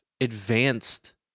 advanced